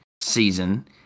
season